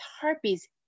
harpies